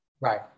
Right